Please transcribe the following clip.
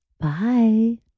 Bye